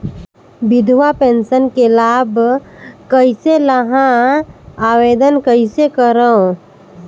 विधवा पेंशन के लाभ कइसे लहां? आवेदन कइसे करव?